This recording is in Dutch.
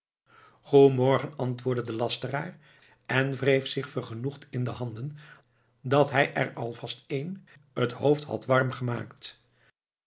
goê morgen antwoordde de lasteraar en wreef zich vergenoegd in de handen dat hij er al vast één het hoofd had warm gemaakt